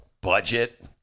budget